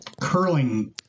curling